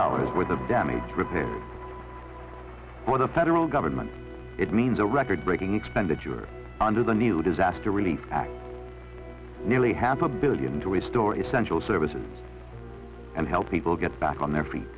dollars worth of damage repair on a federal government it means a record breaking expenditure under the new disaster relief act nearly half a billion to restore essential services and help people get back on their feet